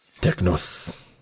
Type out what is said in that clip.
Technos